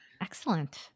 Excellent